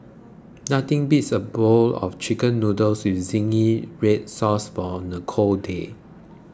nothing beats a bowl of Chicken Noodles with Zingy Red Sauce on a cold day